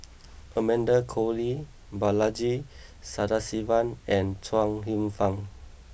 Amanda Koe Lee Balaji Sadasivan and Chuang Hsueh Fang